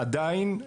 עדיין,